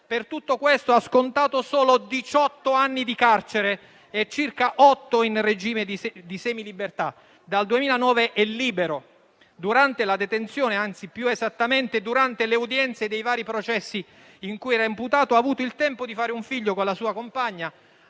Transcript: per tutto questo ha scontato solo diciotto anni di carcere e circa otto in regime di semilibertà. Dal 2009 è libero. Durante la detenzione, anzi più esattamente durante le udienze dei vari processi in cui era imputato, ha avuto il tempo di fare un figlio con la sua compagna,